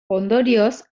ondorioz